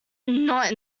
not